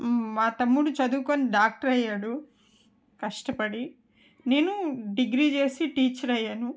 మా తమ్ముడు చదువుకొని డాక్టర్ అయ్యాడు కష్టపడి నేను డిగ్రీ చేసి టీచర్ అయ్యాను